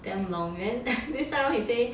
damn long then this time round he say